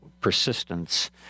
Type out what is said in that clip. persistence